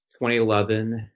2011